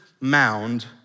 mound